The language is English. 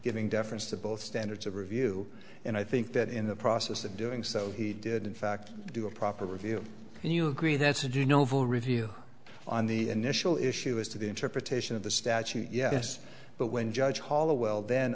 giving deference to both standards of review and i think that in the process of doing so he did in fact do a proper review and you agree that's a do you know full review on the initial issue as to the interpretation of the statute yes but when judge hollowell then